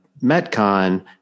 Metcon